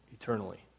eternally